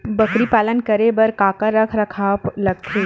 बकरी पालन करे बर काका रख रखाव लगथे?